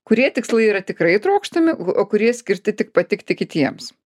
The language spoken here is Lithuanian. kurie tikslai yra tikrai trokštami o kurie skirti tik patikti kitiems